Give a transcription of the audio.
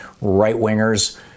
right-wingers